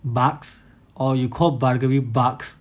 bugs orh you call bugs